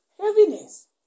Heaviness